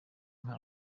nka